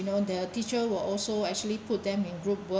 you know the teacher will also actually put them in group work